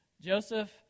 Joseph